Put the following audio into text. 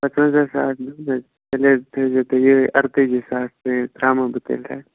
پانژھ وَنٛزاہ ساس دِمہٕ حظ ریٹ تھٲوِزیٚو تُہۍ یِہَے اَرتٲجی ساس تُہۍ ترٛاوَو بہٕ تیٚلہِ تۅہہِ